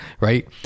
right